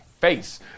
face